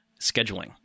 scheduling